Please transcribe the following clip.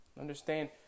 understand